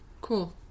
cool